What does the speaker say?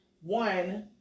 one